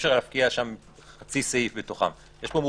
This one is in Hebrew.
אי אפשר להפקיע חצי סעיף מתוכם.